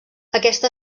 aquesta